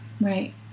Right